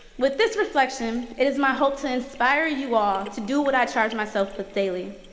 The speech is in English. with this reflection, it is my hope to inspire you all to do what i charge myself with daily.